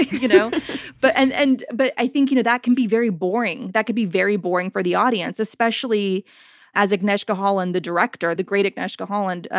you know but and and but i think you know that can be very boring. that could be very boring for the audience. especially as agnieszka holland, the director-the great agnieszka holland,